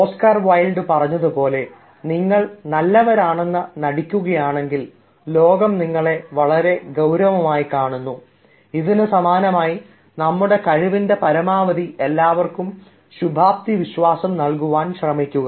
Oscar Wilde പറഞ്ഞതുപോലെ "നിങ്ങൾ നല്ലവരാണെന്ന് നടിക്കുകയാണെങ്കിൽ ലോകം നിങ്ങളെ വളരെ ഗൌരവമായി കാണുന്നു" ഇതിനു സമാനമായി നമ്മുടെ കഴിവിൻറെ പരമാവധി എല്ലാവർക്കും ശുഭാപ്തിവിശ്വാസം നൽകുവാൻ ശ്രമിക്കുക